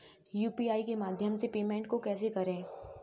UPI के माध्यम से पेमेंट को कैसे करें?